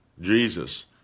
Jesus